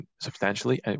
substantially